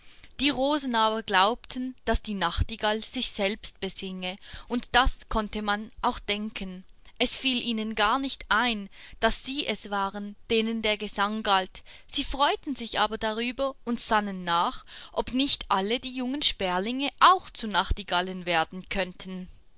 die rosen aber glaubten daß die nachtigall sich selbst besinge und das konnte man ja auch denken es fiel ihnen gar nicht ein daß sie es waren denen der gesang galt sie freuten sich aber darüber und sannen nach ob nicht alle die jungen sperlinge auch zu nachtigallen werden könnten